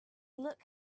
look